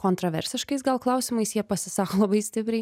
kontraversiškais gal klausimais jie pasisako labai stipriai